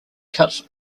cuts